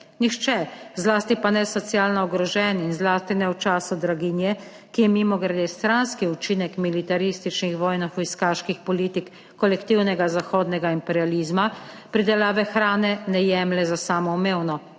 Nihče, zlasti pa ne socialno ogrožen in zlasti ne v času draginje, ki je, mimogrede, stranski učinek militaristični vojne, hujskaških politik kolektivnega zahodnega imperializma, pridelave hrane ne jemlje za samoumevno,